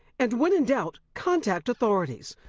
and when in doubt contact authorities.